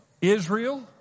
Israel